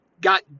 got